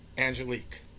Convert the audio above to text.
Angelique